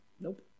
Nope